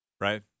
Right